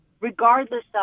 regardless